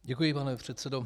Děkuji, pane předsedo.